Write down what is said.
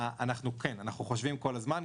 אנחנו חושבים כל הזמן,